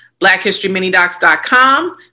BlackHistoryMiniDocs.com